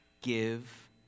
give